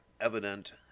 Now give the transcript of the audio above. evident